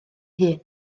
hun